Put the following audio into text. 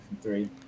three